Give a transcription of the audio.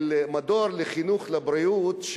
של מדור חינוך לבריאות,